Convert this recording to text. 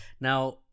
Now